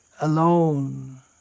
alone